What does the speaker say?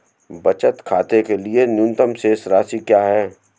बचत खाते के लिए न्यूनतम शेष राशि क्या है?